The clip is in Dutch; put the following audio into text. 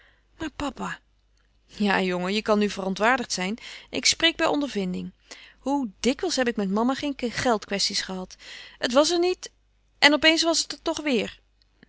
maar papa ja jongen je kan nu verontwaardigd zijn ik spreek bij ondervinding hoe dikwijls heb ik met mama geen geldkwesties gehad het was er niet en op eens was het er toch weêr